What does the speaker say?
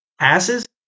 passes